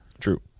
True